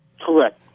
Correct